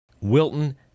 Wilton